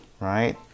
right